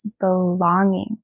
belonging